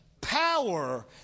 power